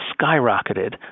skyrocketed